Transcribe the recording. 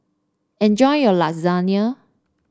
enjoy your Lasagne